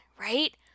right